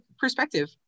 perspective